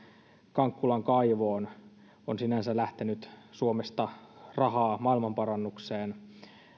kankkulan kaivoon on sinänsä lähtenyt suomesta rahaa maailmanparannukseen